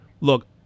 Look